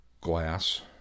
glass